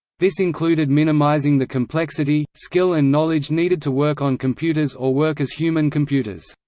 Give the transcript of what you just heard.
this included minimizing the complexity, skill and knowledge needed to work on computers or work as human computers.